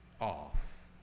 off